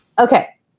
Okay